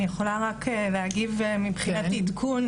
אני יכולה רק להגיב מבחינת עדכון